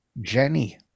Jenny